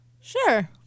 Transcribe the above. Sure